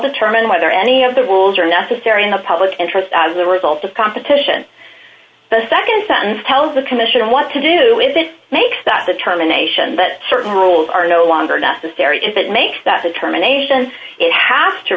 determine whether any of the rules are necessary in the public interest as a result of competition the nd sentence tells the commission what to do if it makes that determination that certain rules are no longer necessary if it makes that determination it has to